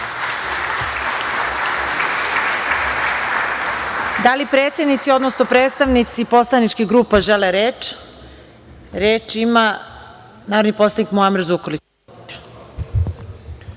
li predsednici odnosno predstavnici poslaničkih grupa žele reč? Reč ima narodni poslanik Muamer Zukorlić.